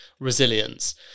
resilience